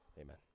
Amen